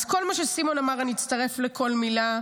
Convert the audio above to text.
כל מה שסימון אמר, אני אצטרף לכל מילה.